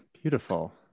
beautiful